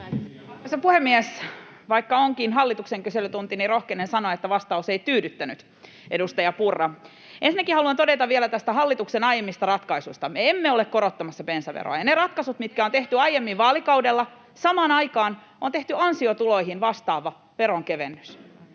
puhemies! Vaikka onkin hallituksen kyselytunti, niin rohkenen sanoa, että vastaus ei tyydyttänyt, edustaja Purra. Ensinnäkin haluan todeta vielä näistä hallituksen aiemmista ratkaisuista: Me emme ole korottamassa bensaveroa, [Välihuuto perussuomalaisten ryhmästä] ja niiden ratkaisujen kanssa, mitkä on tehty aiemmin vaalikaudella, samaan aikaan on tehty vastaava veronkevennys